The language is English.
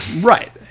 Right